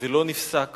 ולא נפסק